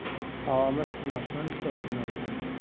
عوامَس تہِ نۄقصان تۄہہ تہِ نۄقصان